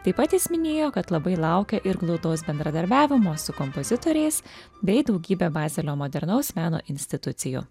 taip pat jis minėjo kad labai laukia ir glaudaus bendradarbiavimo su kompozitoriais bei daugybe bazelio modernaus meno institucijų